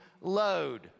load